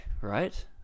right